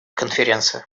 конференция